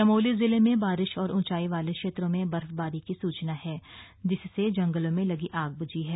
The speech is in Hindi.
चमोली जिले में बारिश और ऊंचाई वाले क्षेत्रों में बर्फबारी की सूचना है जिससे जंगलों में लगी आग बुझी है